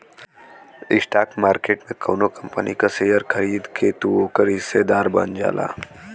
stock market में कउनो company क शेयर खरीद के तू ओकर हिस्सेदार बन जाला